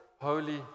holy